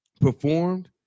performed